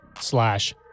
slash